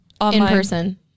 In-person